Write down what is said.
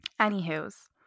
anywho's